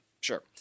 Sure